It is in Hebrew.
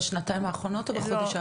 בשנתיים האחרונות או בחודש האחרון?